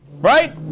Right